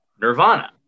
Nirvana